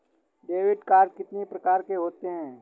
Debit card कितनी प्रकार के होते हैं?